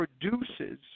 produces